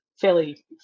fairly